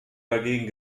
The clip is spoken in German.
dagegen